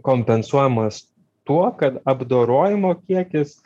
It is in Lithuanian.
kompensuojamas tuo kad apdorojimo kiekis